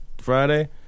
Friday